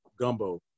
gumbo